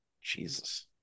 Jesus